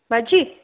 बाची